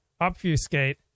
obfuscate